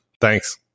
Thanks